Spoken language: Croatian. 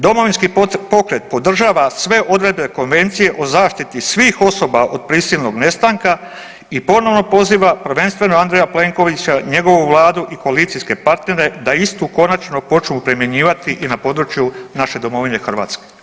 Domovinski pokret podržava sve odredbe Konvencije o zaštiti svih osoba od prisilnog nestanka i ponovno poziva prvenstveno Andreja Plenkovića, njegovu Vladu i koalicijske partnere da istu konačno počnu primjenjivati i na području naše domovine Hrvatske.